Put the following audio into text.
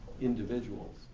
individuals